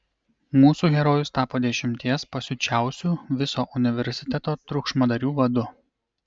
mūsų herojus tapo dešimties pasiučiausių viso universiteto triukšmadarių vadu